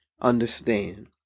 understand